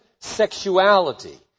sexuality